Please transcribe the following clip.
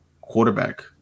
Quarterback